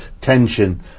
tension